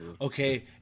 Okay